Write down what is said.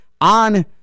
on